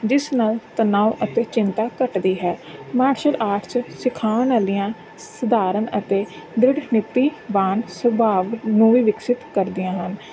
ਜਿਸ ਨਾਲ ਤਣਾਅ ਅਤੇ ਚਿੰਤਾ ਘੱਟਦੀ ਹੈ ਮਾਰਸ਼ਲ ਆਰਟਸ ਸਿਖਾਉਣ ਵਾਲੀਆਂ ਸਧਾਰਨ ਅਤੇ ਦ੍ਰਿੜ ਨੀਤੀਵਾਨ ਸੁਭਾਵ ਨੂੰ ਵੀ ਵਿਕਸਿਤ ਕਰਦੀਆਂ ਹਨ